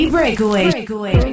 Breakaway